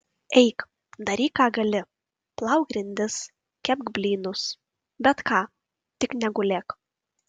eik daryk ką gali plauk grindis kepk blynus bet ką tik negulėk